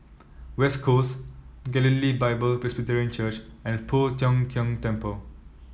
West Coast Galilee Bible Presbyterian Church and Poh Tiong Kiong Temple